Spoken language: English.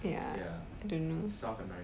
ya I don't know